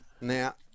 Now